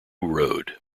road